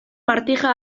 martija